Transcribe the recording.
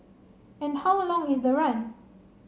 and how long is the run